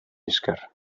esker